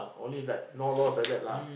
only like no laws like that lah